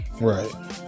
right